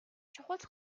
чухал